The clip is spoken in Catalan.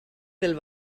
del